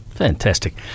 Fantastic